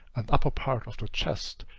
and upper part of the chest,